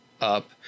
up